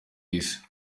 isi